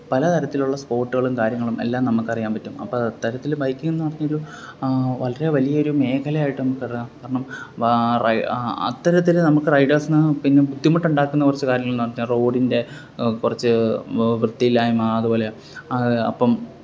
പല തരത്തിലുള്ള സ്പോട്ട്കളും കാര്യങ്ങളും എല്ലാം നമുക്ക് അറിയാൻ പറ്റും അപ്പം അത്തരത്തില് ബൈക്കിങ് എന്ന് പറഞ്ഞൊരു വളരെ വലിയൊരു മേഘലയായിട്ട് നമുക്ക് കറാം കാരണം വാ റൈ അത്തരത്തില് നമുക്ക് റൈഡേസ്ന് പിന്നെ ബുദ്ധിമുട്ടുണ്ടാക്കുന്ന കുറച്ച് കാര്യങ്ങൾ എന്ന് പറഞ്ഞാൽ റോഡിന്റെ കുറച്ച് വൃത്തിയില്ലായ്മ് അതുപോലെ അപ്പം